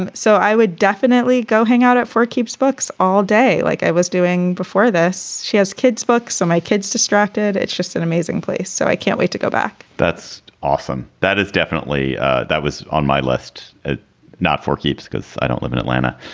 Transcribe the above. and so i would definitely go hang out it for keeps books all day like i was doing before this. she has kids books, so my kids distracted. it's just an amazing place, so i can't wait to go back that's awesome. that is definitely that was on my list, but ah not for keeps because i don't live in atlanta,